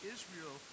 Israel